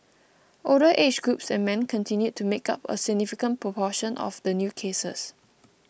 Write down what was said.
older age groups and men continued to make up a significant proportion of the new cases